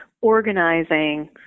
organizing